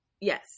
yes